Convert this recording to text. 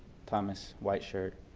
thomas whiteshirt